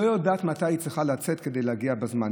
היא לא יודעת מתי היא צריכה לצאת כדי להגיע בזמן.